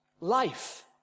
life